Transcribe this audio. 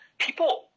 People